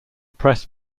press